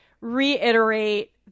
reiterate